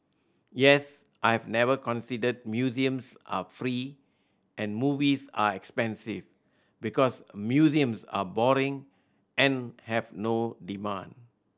yes I have never considered museums are free and movies are expensive because museums are boring and have no demand